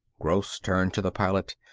gross turned to the pilot.